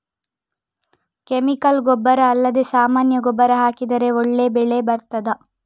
Chemical ಗೊಬ್ಬರ ಅಲ್ಲದೆ ಸಾಮಾನ್ಯ ಗೊಬ್ಬರ ಹಾಕಿದರೆ ಒಳ್ಳೆ ಬೆಳೆ ಬರ್ತದಾ?